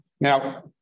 Now